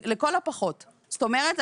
זאת אומרת,